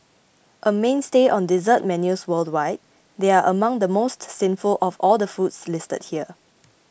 a mainstay on dessert menus worldwide they are among the most sinful of all the foods listed here